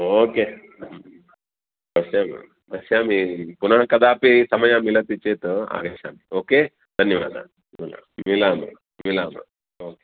okay पश्याम्यहं पश्यामि पुनः कदापि समयः मिलति चेत् आगच्छामि ओके धन्यवादः हा मिलामः मिलामः ओके